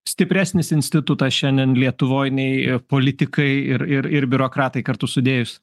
stipresnis institutas šiandien lietuvoj nei politikai ir ir ir biurokratai kartu sudėjus